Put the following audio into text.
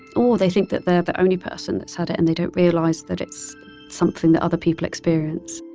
or they think that they're the only person that's had it and they don't realize that it's something that other people experience